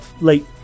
late